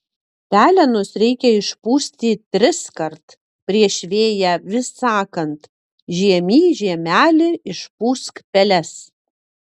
pelenus reikia išpūsti triskart prieš vėją vis sakant žiemy žiemeli išpūsk peles